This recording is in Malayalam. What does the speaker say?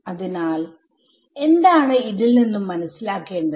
അതിനാൽ എന്താണ് ഇതിൽ നിന്നും മനസ്സിലാക്കേണ്ടത്